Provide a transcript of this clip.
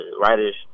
writers